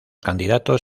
candidatos